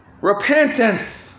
Repentance